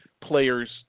players